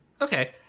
Okay